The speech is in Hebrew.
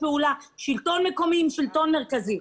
פעולה של השלטון המקומי עם השלטון המרכזי.